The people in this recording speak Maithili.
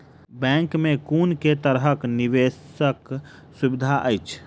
बैंक मे कुन केँ तरहक निवेश कऽ सुविधा अछि?